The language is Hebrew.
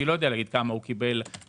אני לא יודע כמה הוא קיבל לקילו.